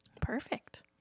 Perfect